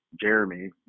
jeremy